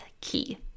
key